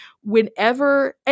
whenever